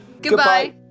Goodbye